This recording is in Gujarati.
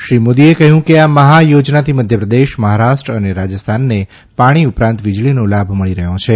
શ્રીમોદીએ કહ્યું કે આ મહાયોજનાથી મધ્યપ્રદેશ મહારાષ્ટ્ર અને રાજસ્થાનને પાણીઉપરાંત વીજળીનો લાભ મળી રહ્યો છે